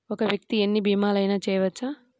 ఒక్క వ్యక్తి ఎన్ని భీమలయినా చేయవచ్చా?